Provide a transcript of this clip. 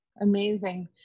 amazing